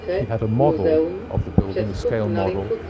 he had a model of the building, a scale model,